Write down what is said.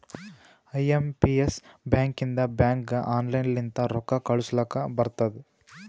I M P S ಬ್ಯಾಕಿಂದ ಬ್ಯಾಂಕ್ಗ online ಲಿಂತ ರೊಕ್ಕಾ ಕಳೂಸ್ಲಕ್ ಬರ್ತುದ್